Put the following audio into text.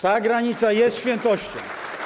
Ta granica jest świętością.